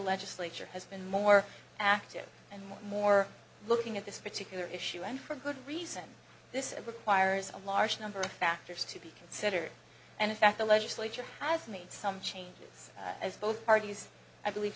legislature has been more active and more looking at this particular issue and for good reason this it requires a large number of factors to be considered and in fact the legislature has made some changes as both parties i believe